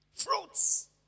Fruits